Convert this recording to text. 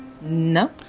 No